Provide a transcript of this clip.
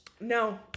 No